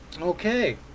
Okay